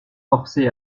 forcés